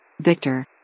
Victor